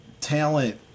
talent